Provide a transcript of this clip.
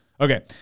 Okay